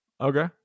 Okay